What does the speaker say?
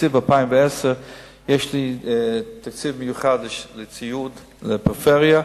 בתקציב 2010 יש לי תקציב מיוחד לציוד לפריפריה,